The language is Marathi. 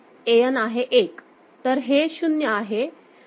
An आहे 1